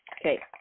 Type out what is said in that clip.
Okay